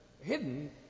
hidden